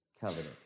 covenant